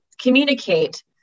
communicate